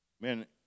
man